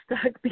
stuck